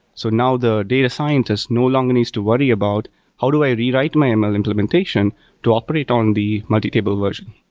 so now the data scientist no longer needs to worry about how do i rewrite my and ml implementation to operate on the multi-table version.